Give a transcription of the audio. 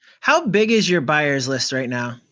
how big is your buyers list right now?